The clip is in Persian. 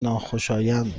ناخوشایند